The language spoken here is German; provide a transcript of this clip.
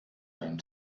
einen